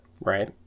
Right